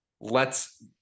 lets